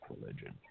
religion